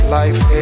life